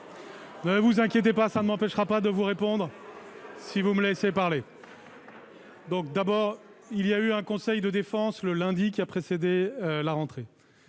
Ne vous inquiétez pas, cela ne m'empêchera pas de vous répondre si vous me laissez parler ! D'abord, il y a eu un conseil de défense le lundi qui a précédé la rentrée.